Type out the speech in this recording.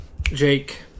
Jake